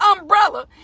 umbrella